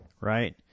right